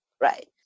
right